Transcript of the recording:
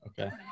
Okay